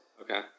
Okay